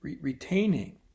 retaining